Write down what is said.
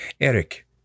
Eric